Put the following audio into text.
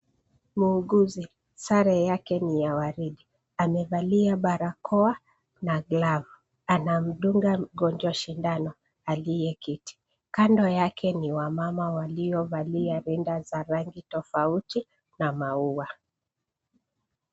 Muuguzi ,sare yake ni ya waridi. Amevalia barakoa na glavu. Anamdunga mgonjwa shindano aliyeketi. Kando yake ni wamama waliovalia rinda za rangi tofauti na maua.